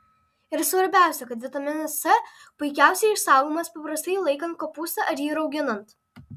ir svarbiausia kad vitaminas c puikiausiai išsaugomas paprastai laikant kopūstą ar jį rauginant